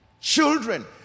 children